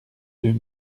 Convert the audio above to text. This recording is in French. deux